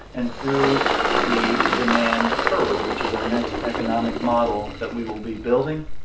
and through the demand curve, which is our next economic model that we will be building.